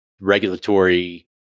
regulatory